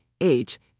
age